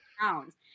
pounds